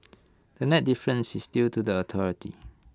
the net difference is due to the authority